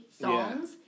songs